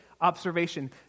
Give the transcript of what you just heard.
observation